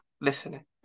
listening